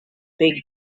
big